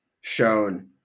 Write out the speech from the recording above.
shown